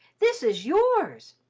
this is yours!